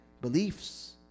beliefs